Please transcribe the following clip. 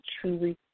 truly